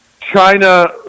China